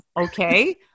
Okay